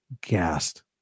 gassed